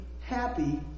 happy